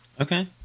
Okay